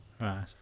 Right